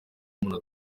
umuntu